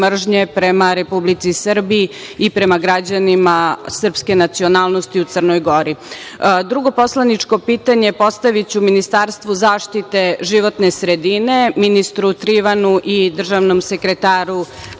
prema Republici Srbiji i prema građanima srpske nacionalnosti u Crnoj Gori. Drugo poslaničke pitanje postaviću Ministarstvu zaštite životne sredine, ministru Trivanu i državnom sekretaru Kariću,